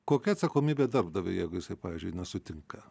kokia atsakomybė darbdaviui jeigu jisai pavyzdžiui nesutinka